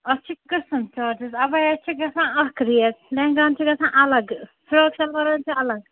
اَتھ چھِ قٕسٕم چارجِز اَبَیا چھِ گژھان اَکھ ریٹ لہنٛگاہَن چھِ گژھان اَلگ فِراک شَلوارَن چھِ اَلگ